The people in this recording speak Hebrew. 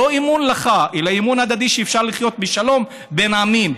לא אמון לך אלא אמון הדדי שאפשר לחיות בשלום בין עמים.